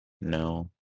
No